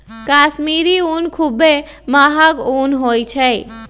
कश्मीरी ऊन खुब्बे महग ऊन होइ छइ